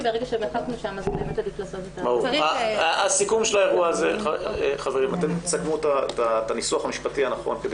אתם תסכמו את הניסוח המשפטי הנכון כדי